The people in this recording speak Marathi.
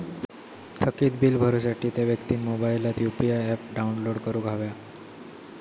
थकीत बील भरुसाठी त्या व्यक्तिन मोबाईलात यु.पी.आय ऍप डाउनलोड करूक हव्या